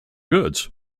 goods